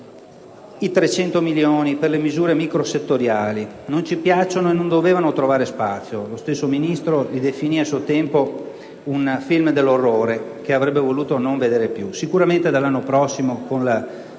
i 300 milioni per le misure microsettoriali: non ci piacciono e non dovevano trovare spazio. Lo stesso ministro Tremonti le definì, a suo tempo, "un film dell'orrore" che non avrebbe voluto vedere più. Certamente dall'anno prossimo, con la